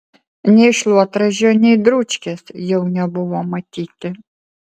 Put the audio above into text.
nei šluotražio nei dručkės jau nebuvo matyti